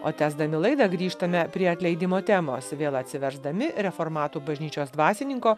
o tęsdami laidą grįžtame prie atleidimo temos vėl atsiversdami reformatų bažnyčios dvasininko